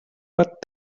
but